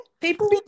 people